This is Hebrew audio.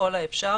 ככל האפשר,